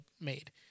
made